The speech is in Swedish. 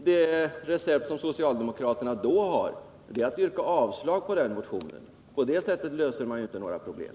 Det recept som socialdemokraterna då har är att yrka avslag på propositionen. På det sättet löser man inte några problem.